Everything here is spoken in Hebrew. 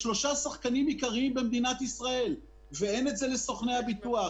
איזשהם guidelines רחבים לכל תעשיית הביטוח,